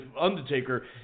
Undertaker